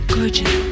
Gorgeous